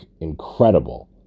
incredible